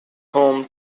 home